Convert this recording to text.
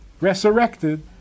resurrected